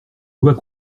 doit